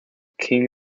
king